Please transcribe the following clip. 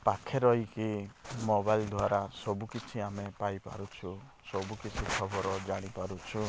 ପାଖେ ରହିକି ମୋବାଇଲ୍ ଦ୍ୱାରା ସବୁ କିଛି ଆମେ ପାଇ ପାରୁଛୁ ସବୁ କିଛି ଖବର ଜାଣିପାରୁଛୁ